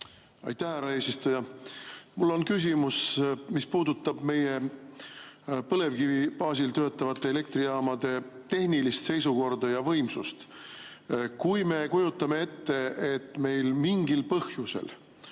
Aitäh, härra eesistuja! Mul on küsimus, mis puudutab meie põlevkivi baasil töötavate elektrijaamade tehnilist seisukorda ja võimsust. Kui me kujutame ette, et mingil põhjusel